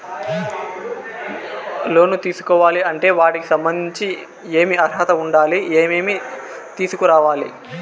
లోను తీసుకోవాలి అంటే వాటికి సంబంధించి ఏమి అర్హత ఉండాలి, ఏమేమి తీసుకురావాలి